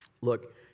Look